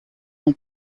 ans